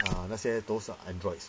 啊那些都是 androids